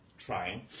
Trying